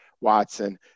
Watson